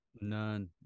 None